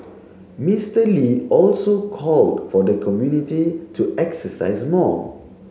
Mister Lee also called for the community to exercise more